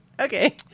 Okay